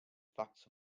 facts